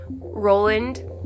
Roland